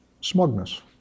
smugness